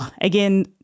again